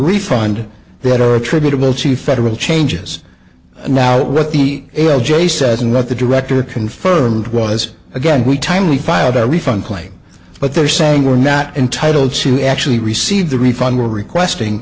refund that are attributable to federal changes and now what the a l j says and what the director confirmed was again we timely filed a refund claim but they're saying we're not entitled to actually receive the refund we're requesting